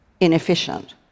inefficient